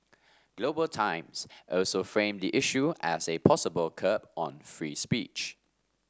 Global Times also framed the issue as a possible curb on free speech